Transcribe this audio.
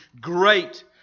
great